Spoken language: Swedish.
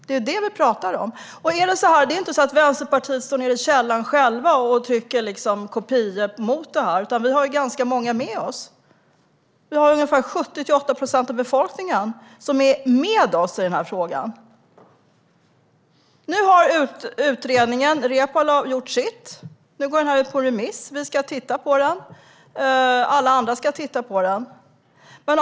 Det är vad vi talar om. Det är inte så att Vänsterpartiet står nere i källaren själva och trycker kopior mot detta. Vi har ganska många med oss. Vi har ungefär 70-80 procent av befolkningen med oss i den här frågan. Nu har Reepalu gjort sitt med utredningen, och den går nu ut på remiss. Vi ska titta på den, och alla andra ska titta på den.